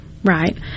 Right